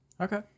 Okay